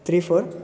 three four